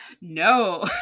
No